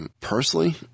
Personally